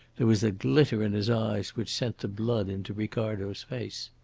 there was a glitter in his eyes which sent the blood into ricardo's face.